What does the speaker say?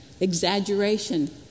exaggeration